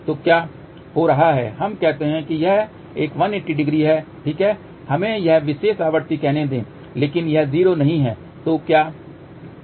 तो क्या हो रहा है हम कहते हैं कि यह एक 1800 है ठीक है हमें यह विशेष आवृत्ति कहने दें लेकिन यह 0 नहीं है तो क्या हो रहा है